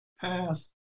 pass